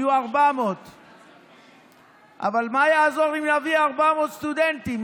נהיו 400. אבל מה יעזור אם נביא 400 סטודנטים?